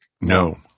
No